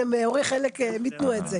משוועים לדברים שמגיעים להם בדין ולא בחסד.